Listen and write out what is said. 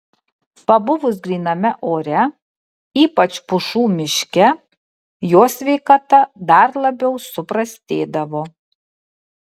pabuvus gryname ore ypač pušų miške jo sveikata dar labiau suprastėdavo